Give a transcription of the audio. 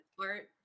art